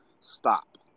stop